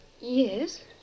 Yes